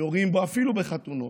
יורים בו, אפילו בחתונות,